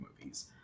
movies